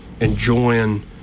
enjoying